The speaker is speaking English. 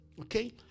okay